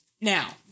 Now